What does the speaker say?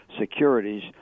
securities